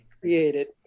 created